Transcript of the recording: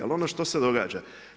Ali, ono što se događa.